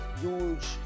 huge